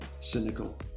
cynical